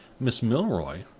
miss milroy?